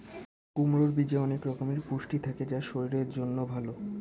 কুমড়োর বীজে অনেক রকমের পুষ্টি থাকে যা শরীরের জন্য ভালো